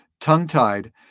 tongue-tied